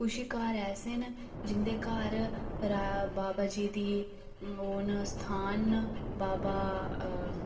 कुछ घर ऐसे न जिं'दे घर बाबा जी दी ओह् न स्थान न बाबा